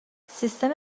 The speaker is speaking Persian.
سیستم